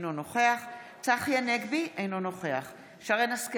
אינו נוכח צחי הנגבי, אינו נוכח שרן מרים השכל,